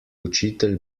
učitelj